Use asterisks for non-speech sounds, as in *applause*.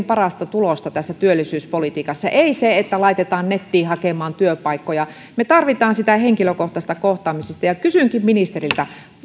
*unintelligible* parasta tulosta tässä työllisyyspolitiikassa ei se että laitetaan nettiin hakemaan työpaikkoja me tarvitsemme sitä henkilökohtaista kohtaamista kysynkin ministeriltä